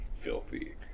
filthy